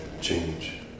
change